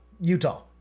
Utah